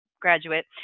graduate